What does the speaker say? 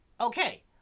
okay